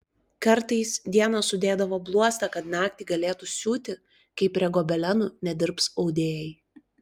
kartais dieną sudėdavo bluostą kad naktį galėtų siūti kai prie gobelenų nedirbs audėjai